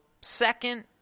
second